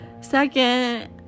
second